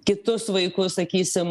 kitus vaikus sakysim